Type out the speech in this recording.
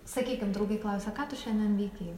sakykim draugai klausia ką tu šiandien veikei